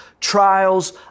trials